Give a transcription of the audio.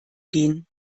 gehen